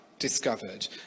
discovered